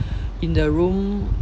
in the room